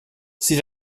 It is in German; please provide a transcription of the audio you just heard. sie